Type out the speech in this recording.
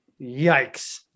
yikes